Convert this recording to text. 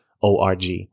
org